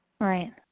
Right